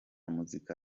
muzika